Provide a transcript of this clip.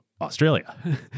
Australia